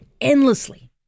endlessly